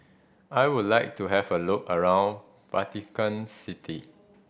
I would like to have a look around Vatican City